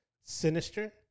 sinister